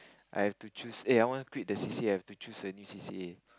I have to choose eh I want quit the c_c_a I have to choose a new c_c_a